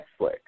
Netflix